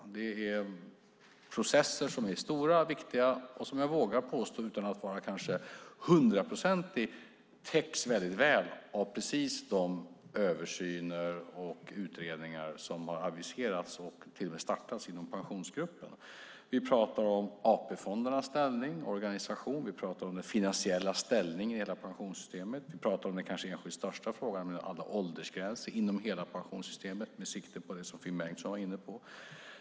Det är processer som är stora och viktiga och, vågar jag påstå utan att vara hundraprocentigt säker, väl täcks av just de översyner och utredningar som har aviserats och till och med redan startats inom Pensionsgruppen. Vi talar om AP-fondernas ställning, om organisation, om den finansiella ställningen i hela pensionssystemet. Och vi talar om den enskilt kanske största frågan, nämligen alla åldersgränser inom hela pensionssystemet med sikte på det som Finn Bengtsson var inne på.